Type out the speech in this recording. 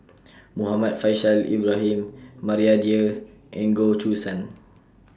Muhammad Faishal Ibrahim Maria Dyer and Goh Choo San